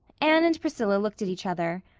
anne and priscilla looked at each other.